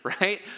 right